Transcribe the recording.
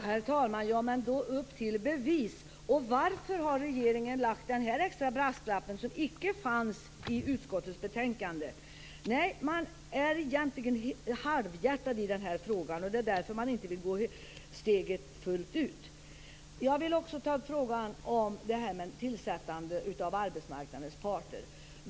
Herr talman! Upp till bevis! Varför har regeringen kommit med den extra brasklapp som icke finns i utskottets betänkande? Nej, egentligen är det ett halvhjärtat engagemang i den här frågan. Det är därför som man inte vill ta steget fullt ut. Jag vill också ta upp frågan om tillsättandet av arbetsmarknadens parter.